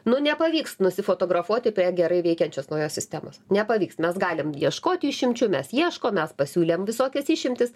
nu nepavyks nusifotografuoti prie gerai veikiančios naujos sistemos nepavyks mes galim ieškoti išimčių mes ieškom mes pasiūlėm visokias išimtis